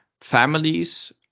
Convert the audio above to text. Families